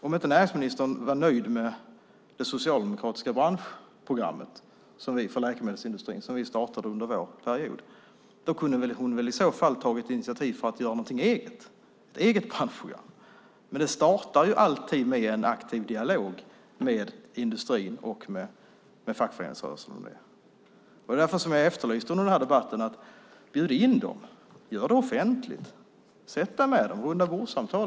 Om inte näringsministern var nöjd med det socialdemokratiska branschprogrammet för läkemedelsindustrin som vi startade under vår period kunde hon väl ha tagit initiativ för att göra ett eget branschprogram. Det startar alltid med en aktiv dialog med industrin och fackföreningsrörelsen. Det är därför jag i den här debatten efterlyser en inbjudan till dem; göra det här offentligt, sitta ned med dem i rundabordssamtal.